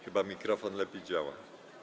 Chyba mikrofon lepiej działa.